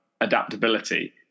adaptability